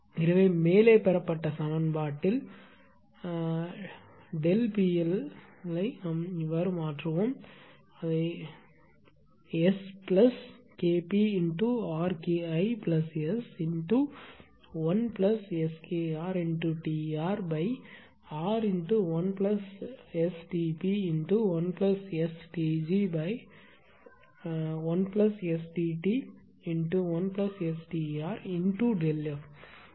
எனவே மேலே பெறப்பட்ட சமன்பாட்டில் ΔP L ஐ மாற்றவும் நாம் பெறுவோம் SKpRKIS1SKrTrR1STp1STg1STt1STrΔF Kp